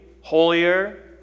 holier